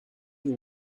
you